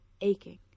aching